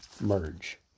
merge